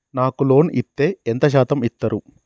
నాకు లోన్ ఇత్తే ఎంత శాతం ఇత్తరు?